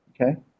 okay